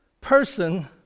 person